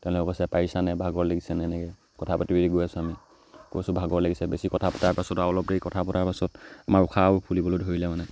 তেওঁলোকে কৈছে পাৰিছেনে ভাগৰ লাগিছেনে এনেকৈ কথা পাতি গৈ আছোঁ আমি কৈছোঁ ভাগৰ লাগিছে বেছি কথা পতাৰ পাছত অলপ দেৰি কথা পতাৰ পাছত আমাৰ উশাহো ফুলিবলৈ ধৰিলে মানে